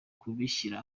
kubishyira